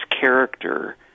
character